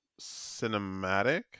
cinematic